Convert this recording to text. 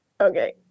Okay